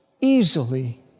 easily